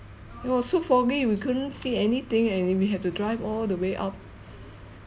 it was so foggy we couldn't see anything and we have to drive all the way up